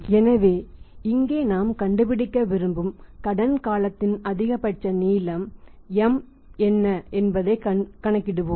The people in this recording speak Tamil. எனவே இங்கே நாம் கண்டுபிடிக்க விரும்பும் கடன் காலத்தின் அதிகபட்ச நீளம் M என்ன என்பதைக் கணக்கிடுவோம்